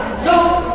so